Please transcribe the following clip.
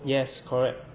yes correct